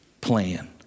plan